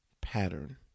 pattern